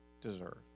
deserve